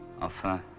Enfin